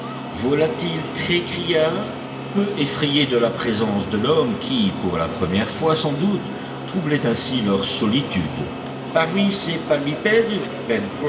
volatiles très criards peu effrayés de la présence de l'homme qui pour la première fois sans doute troublait ainsi leur solitude parmi ces palmipèdes